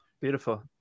Beautiful